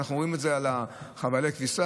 אנחנו רואים את זה על חבלי הכביסה,